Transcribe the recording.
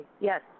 Yes